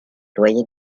loyer